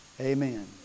amen